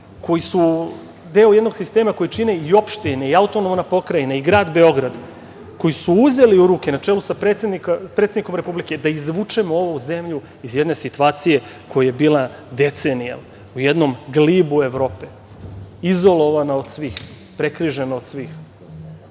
koji su deo jednog sistema koji čine i opštine i AP i grad Beograd koji su uzeli u ruke na čelu sa predsednikom Republike da izvučemo ovu zemlju iz jedne situacije koja je bila decenijama, u jednom glibu Evrope, izolovana od svih, prekrižena od svih. Idemo